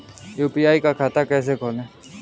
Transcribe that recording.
UPI का खाता कैसे खोलें?